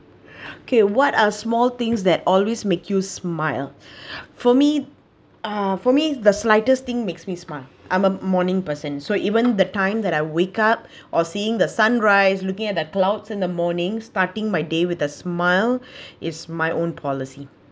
k what are small things that always make you smile for me uh for me the slightest thing makes me smile I'm a morning person so even the time that I wake up or seeing the sunrise looking at that clouds in the morning starting my day with a smile is my own policy